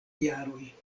jaroj